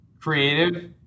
creative